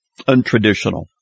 untraditional